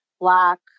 black